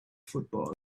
football